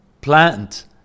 plant